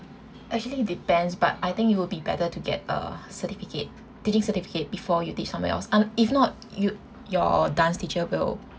actually depends but I think it will be better to get a certificate teaching certificate before you teach somewhere else un~ if not you your dance teacher will